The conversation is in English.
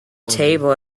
table